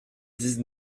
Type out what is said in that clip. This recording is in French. dix